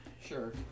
Sure